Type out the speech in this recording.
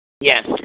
Yes